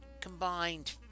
combined